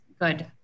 good